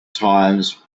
times